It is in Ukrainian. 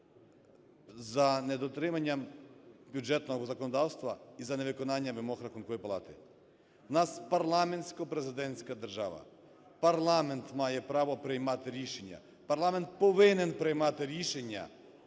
за недотримання бюджетного законодавства і за невиконання вимог Рахункової палати. В нас парламентсько-президентська держава, парламент має право приймати рішення, парламент повинен приймати рішення